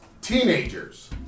teenagers